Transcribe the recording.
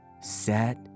Set